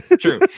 true